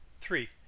Three